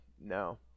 no